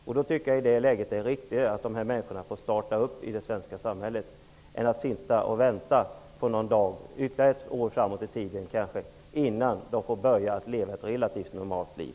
I det läget tycker jag att det är riktigare att dessa människor får en start i det svenska samhället nu än att de först skall vänta kanske ett år innan de får börja leva ett relativt normalt liv.